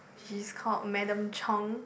she's called madam Chong